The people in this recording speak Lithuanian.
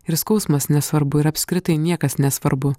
ir skausmas nesvarbu ir apskritai niekas nesvarbu